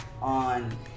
on